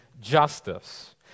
justice